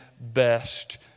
best